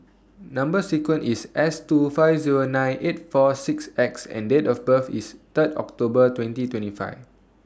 Number sequence IS S two five Zero nine eight four six X and Date of birth IS Third October twenty twenty five